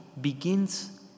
begins